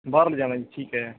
ਬਾਹਰ ਲਿਜਾਉਣਾ ਜੀ ਠੀਕ ਹੈ